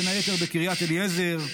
בין היתר בקריית אליעזר,